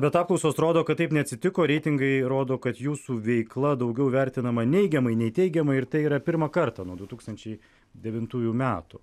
bet apklausos rodo kad taip neatsitiko reitingai rodo kad jūsų veikla daugiau vertinama neigiamai nei teigiamai ir tai yra pirmą kartą nuo du tūkstančiai devintųjų metų